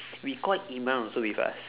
we call imran also with us